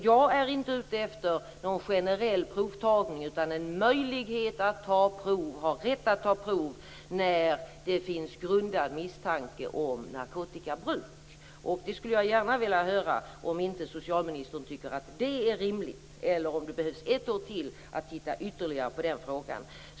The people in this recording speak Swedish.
Jag är inte ute efter någon generell provtagning, utan en rätt att ta prov när det finns grundad misstanke om narkotikabruk. Jag skulle gärna vilja höra om inte socialministern tycker att detta är rimligt, eller om det behövs ett år till för att ytterligare titta på den frågan.